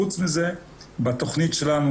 חוץ מזה בתכנית שלנו,